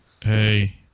hey